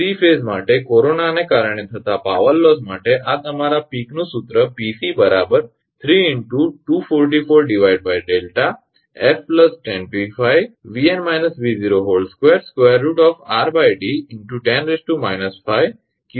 3 phase માટે કોરોનાને કારણે થતા પાવર લોસ માટે આ તમારા પીકનું સૂત્ર 𝑃𝑐 3 × 244𝛿 𝑓 25 𝑉𝑛−𝑉02 √𝑟𝐷 × 10−5 𝑘𝑊𝑘𝑚 દ્વારા આપવામાં આવે છે